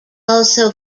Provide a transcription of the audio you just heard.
also